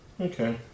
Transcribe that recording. Okay